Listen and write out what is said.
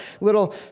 little